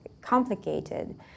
complicated